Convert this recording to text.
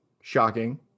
shocking